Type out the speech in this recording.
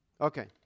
Okay